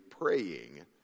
praying